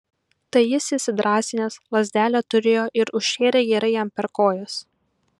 tai jis įsidrąsinęs lazdelę turėjo ir užšėrė gerai jam per kojas